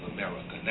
America